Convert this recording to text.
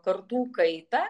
kartų kaitą